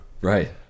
Right